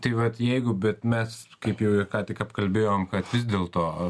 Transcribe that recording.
tai vat jeigu bet mes kaip jau ir ką tik apkalbėjom kad vis dėlto